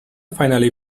finally